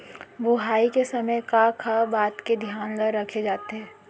बुआई के समय का का बात के धियान ल रखे जाथे?